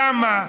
למה?